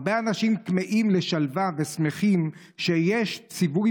הרבה אנשים כמהים לשלווה ושמחים שיש ציווי